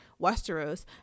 Westeros